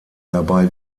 dabei